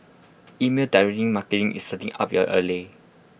email direct marketing is certainly up your alley